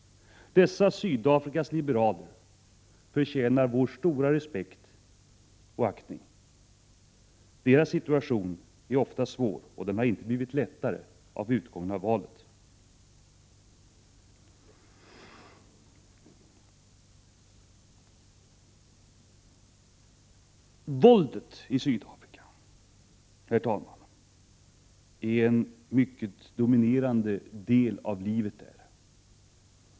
Dessa Sydafrikas liberaler 3 med Sydafrika och förtjänar vår stora respekt och aktning. Deras situation är ofta svår, och den har inte blivit lättare genom utgången av valet. Herr talman! Våldet är en mycket dominerande del av livet i Sydafrika.